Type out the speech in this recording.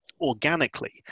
organically